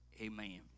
Amen